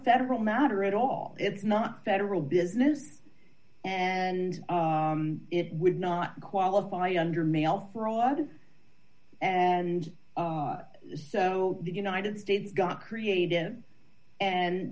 federal matter at all it's not federal business and it would not qualify under mail fraud and so the united states got creative and